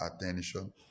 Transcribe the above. attention